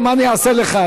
מה אני אעשה לך?